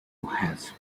has